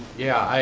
yeah,